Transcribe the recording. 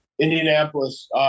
Indianapolis